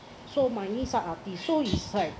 so my niece are artist so he's like